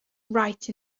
right